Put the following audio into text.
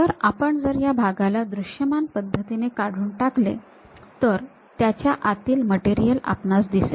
तर आपण जर ह्या भागाला दृश्यमान पद्धतीने काढून टाकले तर त्याच्या आतील मटेरियल आपणास दिसेल